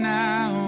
now